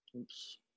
Oops